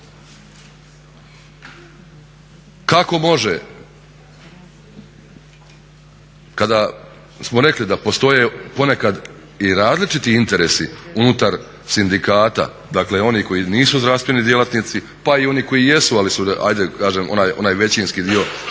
Kako može kada smo rekli da postoje ponekad i različiti interesi unutar sindikata, dakle oni koji nisu zdravstveni djelatnici pa i oni koji jesu, ajde da kažem onaj većinski dio